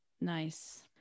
Nice